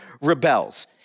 rebels